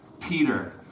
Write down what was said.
Peter